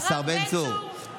הרב בן צור,